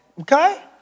Okay